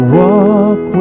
walk